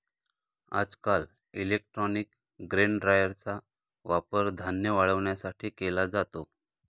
आजकाल electronic grain ड्रायरचा वापर धान्य वाळवण्यासाठी केला जातो